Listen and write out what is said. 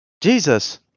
Jesus